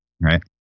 right